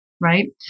right